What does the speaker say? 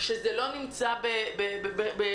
שזה לא נמצא בוואקום,